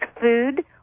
food